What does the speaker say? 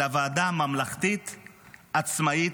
אלא ועדה ממלכתית עצמאית,